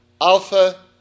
Alpha